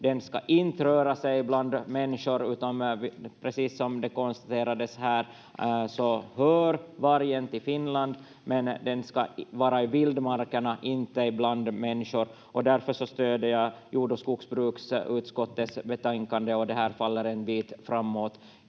Den ska inte röra sig bland människor, utan precis som det konstaterades här så hör vargen till Finland, men den ska vara i vildmarkerna, inte bland människor, och därför stödjer jag jord- och skogsbruksutskottets betänkande och det här faller en bit framåt.